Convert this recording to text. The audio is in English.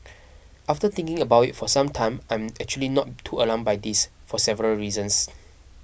after thinking about it for some time I'm actually not too alarmed by this for several reasons